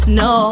no